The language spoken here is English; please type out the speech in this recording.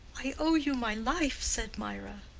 i owe you my life, said mirah,